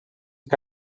que